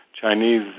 Chinese